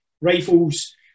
Rifles